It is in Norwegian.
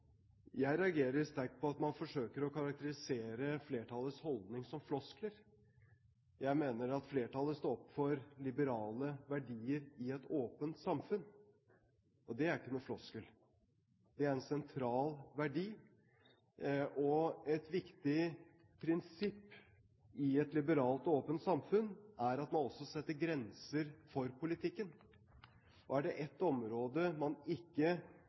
Jeg reagerer sterkt på at man forsøker å karakterisere flertallets holdning som floskler. Jeg mener at flertallet står opp for liberale verdier i et åpent samfunn, og det er ikke noen floskel. Det er en sentral verdi. Et viktig prinsipp i et liberalt og åpent samfunn er at man også setter grenser for politikken, og er det et område man ikke